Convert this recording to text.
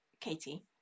Katie